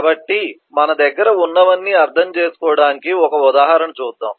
కాబట్టి మన దగ్గర ఉన్నవన్నీ అర్థం చేసుకోవడానికి ఒక ఉదాహరణ చూద్దాం